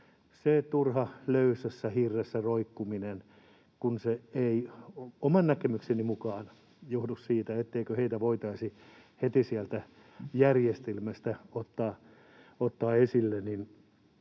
Se turha löysässä hirressä roikkuminen kun ei oman näkemykseni mukaan johdu siitä, etteikö heitä voitaisi heti sieltä järjestelmästä ottaa esille,